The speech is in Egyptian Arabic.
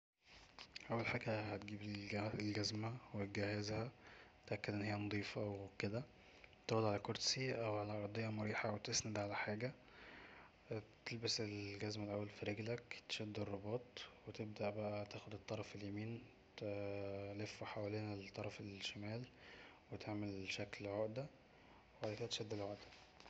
اول حاجه هتجيب الجذمه وتجهزها واتأكد ان هي نضيفه وكدا تقعد علي كرسي او علي ارضيه مريحه او تسند علي حاجه, تلبس الجذمه الأول في رجلك تشد الرباط وتبدا بقا تاخد الطرف اليمين تلفه حوالين الطرف الشمال وتعمل شكل عقده وبعد كدا تشد العقده